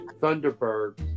thunderbirds